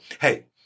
Hey